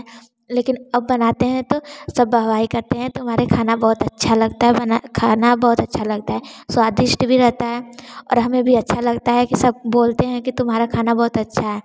लेकिन अब बनाते हैं तो सब वाह वाही करते हैं तुम्हारे खाना बहुत अच्छा लगता है बना खाना बहुत अच्छा लगता है स्वादिष्ट भी रहता है और हमें भी अच्छा लगता है कि सब बोलते हैं कि तुम्हारा खाना बहुत अच्छा है